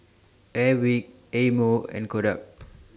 Airwick Eye Mo and Kodak